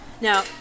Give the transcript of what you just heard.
Now